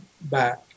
back